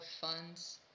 funds